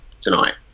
tonight